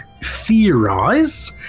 theorize